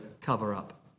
cover-up